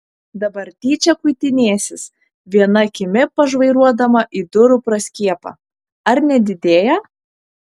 dabar tyčia kuitinėsis viena akimi pažvairuodama į durų praskiepą ar nedidėja